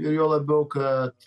ir juo labiau kad